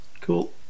Cool